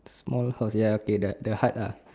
small house ya okay the the hut lah